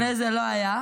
לפני זה לא היה.